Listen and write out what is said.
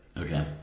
Okay